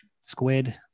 squid